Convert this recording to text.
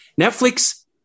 Netflix